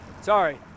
sorry